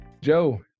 joe